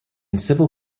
civil